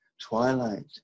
twilight